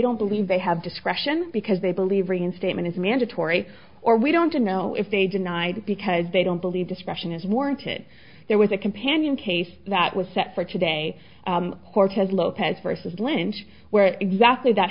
don't believe they have discretion because they believe reinstatement is mandatory or we don't know if they denied it because they don't believe discretion is warranted there was a companion case that was set for today cortez lopez versus lynch where exactly that